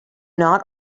not